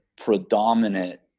predominant